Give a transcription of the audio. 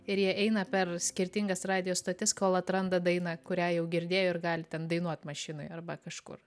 ir jie eina per skirtingas radijo stotis kol atranda dainą kurią jau girdėjo ir gali ten dainuot mašinoj arba kažkur